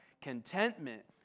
contentment